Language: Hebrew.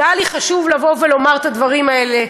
והיה לי חשוב לבוא ולומר את הדברים האלה,